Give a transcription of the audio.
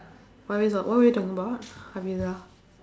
what we talk what were we talking about hafeezah